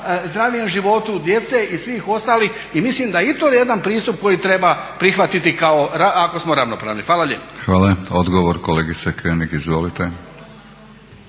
zdravijem životu djece i svih ostalih i mislim da je i to jedan pristup koji treba prihvatiti ako smo ravnopravni. Hvala lijepa. **Batinić, Milorad (HNS)** Hvala.